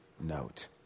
note